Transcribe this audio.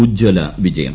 ഉജ്ജ്വല വിജയം